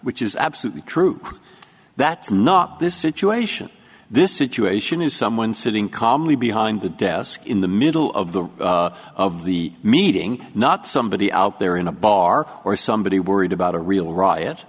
which is absolutely true that's not this situation this situation is someone sitting calmly behind the desk in the middle of the of the meeting not somebody out there in a bar or somebody worried about a real riot